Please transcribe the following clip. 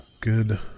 good